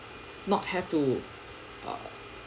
not have to uh